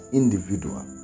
individual